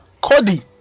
Cody